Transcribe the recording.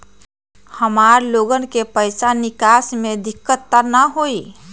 हमार लोगन के पैसा निकास में दिक्कत त न होई?